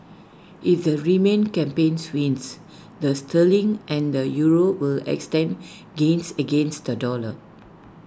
if the remain campaigns wins the sterling and the euro will extend gains against the dollar